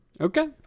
Okay